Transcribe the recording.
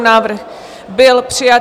Návrh byl přijat.